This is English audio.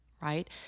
right